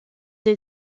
des